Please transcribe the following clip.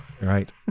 right